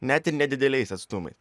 net ir nedideliais atstumai